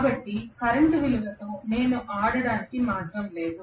కాబట్టి కరెంట్ విలువలతో నేను ఆడటానికి మార్గం లేదు